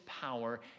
power